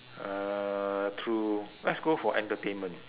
uh true let's go for entertainment